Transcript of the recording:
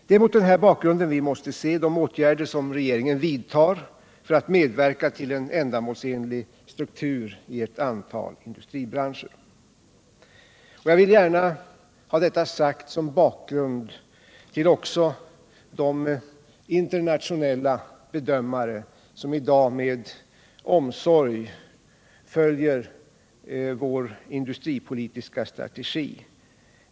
Det är mot denna bakgrund vi måste se de åtgärder som regeringen vidtar för att medverka till en ändamålsenlig struktur i ett antal industribranscher. Jag vill gärna ha detta sagt som bakgrund, också till de internationella bedömare som i dag med omsorg följer vår industripolitiska strategi.